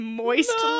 moist